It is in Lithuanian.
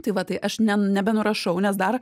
tai va tai aš ne nebenurašau nes dar